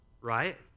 right